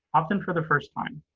often for the first time.